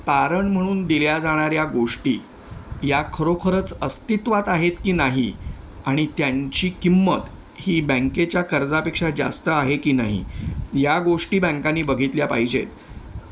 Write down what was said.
तारण म्हणून दिल्या जाणाऱ्या गोष्टी या खरोखरच अस्तित्वात आहेत की नाही आणि त्यांची किंमत ही बँकेच्या कर्जापेक्षा जास्त आहे की नाही या गोष्टी बँकांनी बघितल्या पाहिजेत